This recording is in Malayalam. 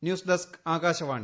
news desk Akashvani